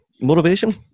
motivation